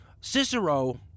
Cicero